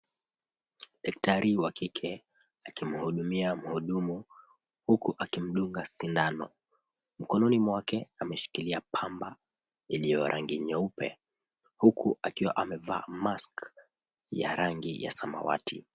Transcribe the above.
Daktari wa kike akimhudumia mhudumu huku akimdunga sindano. Mkononi mwake ameshikilia pamba iliyo rangi nyeupe, huku akiwa amevaa mask ya rangi ya samawati.